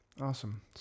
awesome